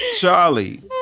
Charlie